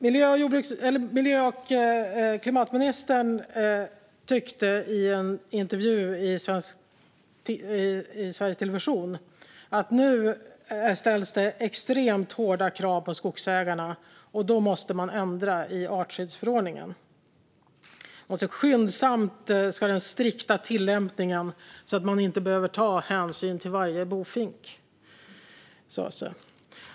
Miljö och klimatministern tyckte i en intervju i Sveriges Television att det nu ställs extremt hårda krav på skogsägarna och att man därför måste ändra i artskyddsförordningen. Den strikta tillämpningen måste skyndsamt ändras så att man inte behöver ta hänsyn till varje bofink, sas det.